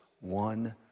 one